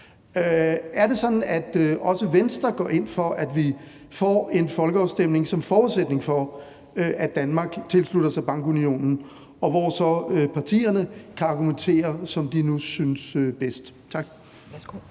Er det sådan, at også Venstre går ind for, at vi får en folkeafstemning som forudsætning for, at Danmark tilslutter sig bankunionen, og hvor så partierne kan argumentere, som de nu synes bedst? Tak.